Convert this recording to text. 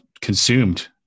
consumed